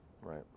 Right